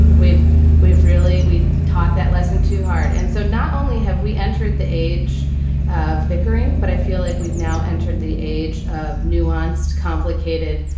we've we've really we taught that lesson to heart. and so not only have we entered the age of bickering, but i feel like we've now entered the age of nuanced, complicated,